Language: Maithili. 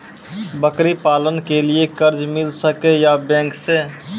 बकरी पालन के लिए कर्ज मिल सके या बैंक से?